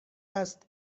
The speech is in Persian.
است